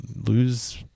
lose